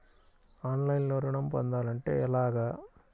ఆన్లైన్లో ఋణం పొందాలంటే ఎలాగా?